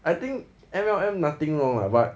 I think M_L_M nothing wrong [what] but